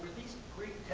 these greek